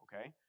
okay